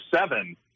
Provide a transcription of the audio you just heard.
seven